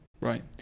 right